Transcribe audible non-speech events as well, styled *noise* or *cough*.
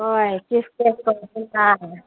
ꯍꯣꯏ *unintelligible*